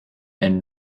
and